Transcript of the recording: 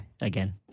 again